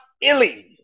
Illy